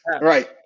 Right